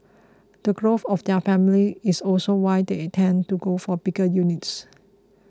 the growth of their families is also why they tend to go for bigger units